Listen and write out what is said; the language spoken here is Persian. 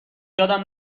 یادم